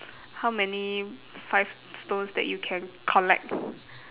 how many five stones that you can collect